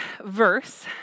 verse